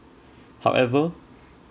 however